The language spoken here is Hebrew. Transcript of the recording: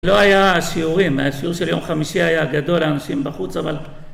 לא היה שיעורים, השיעור של יום חמישי היה גדול לאנשים בחוץ, אבל